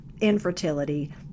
infertility